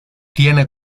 tiene